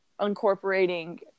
incorporating